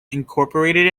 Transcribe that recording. incorporated